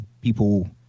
people